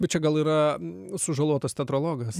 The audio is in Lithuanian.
bet čia gal yra sužalotas teatrologas